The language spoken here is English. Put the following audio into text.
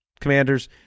commanders